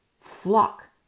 flock